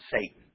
Satan